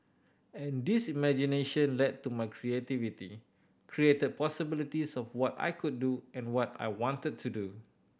and this imagination led to my creativity created possibilities of what I could do and what I wanted to do